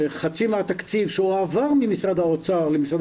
שחצי מהתקציב שהועבר ממשרד האוצר למשרד